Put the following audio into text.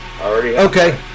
Okay